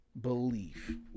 belief